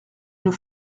nous